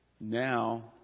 Now